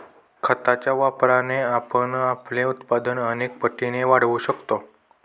खताच्या वापराने आपण आपले उत्पादन अनेक पटींनी वाढवू शकतो